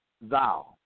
thou